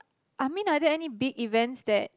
I mean are there any big events that